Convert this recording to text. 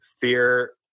fear